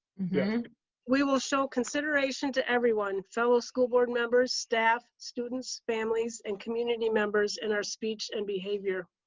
yeah we will show consideration to everyone, fellow school board members, staff, students, families, and community members, in our speech and behavior.